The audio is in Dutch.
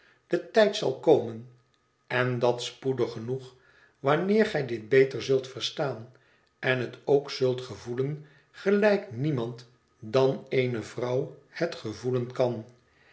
de tijd zal komen en dat spoedig genoeg wanneer gij dit beter zult verstaan en het ook zult gevoelen gelijk niemand dan eene vrouw het gevoelen kan